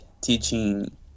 teaching